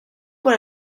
por